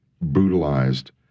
brutalized